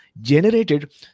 generated